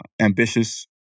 ambitious